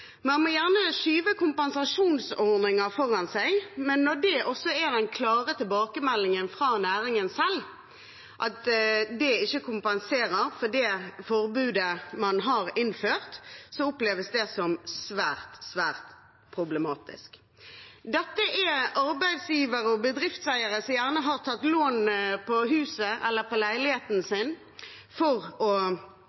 Man må gjerne skyve kompensasjonsordninger foran seg, men når det også er den klare tilbakemeldingen fra næringen selv at det ikke kompenserer for det forbudet man har innført, oppleves det som svært, svært problematisk. Dette er arbeidsgivere og bedriftseiere som kanskje har tatt lån på huset eller leiligheten